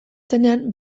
zenean